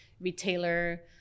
retailer